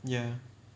ya